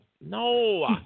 no